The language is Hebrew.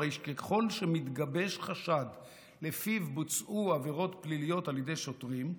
הרי שככל שמתגבש חשד שלפיו בוצעו עבירות פליליות על ידי שוטרים,